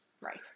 Right